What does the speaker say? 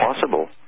possible